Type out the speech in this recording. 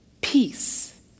peace